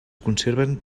conserven